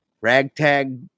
ragtag